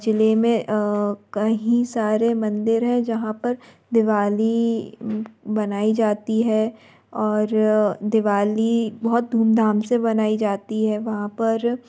ज़िले में कईं सारे मंदिर है जहाँ पर दीवाली मनाई जाती है और दीवाली बहुत धूमधाम से मनाई जाती है वहाँ पर